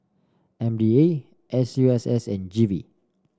M D A S U S S and G V